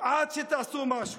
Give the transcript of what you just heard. עד שתעשו משהו.